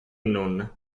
non